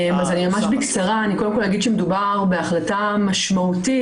קודם כול אגיד שמדובר בהחלטה משמעותית.